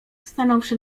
stanąwszy